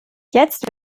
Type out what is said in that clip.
jetzt